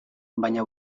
baina